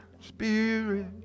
spirit